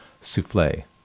souffle